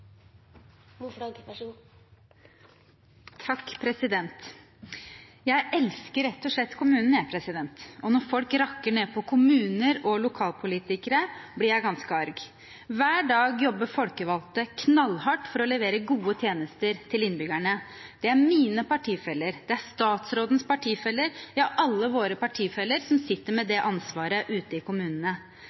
Jeg elsker rett og slett kommunen, jeg, og når folk rakker ned på kommuner og lokalpolitikere, blir jeg ganske arg. Hver dag jobber folkevalgte knallhardt for å levere gode tjenester til innbyggerne. Det er mine partifeller, det er statsrådens partifeller, det er alles partifeller som sitter med det ansvaret ute i kommunene.